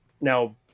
now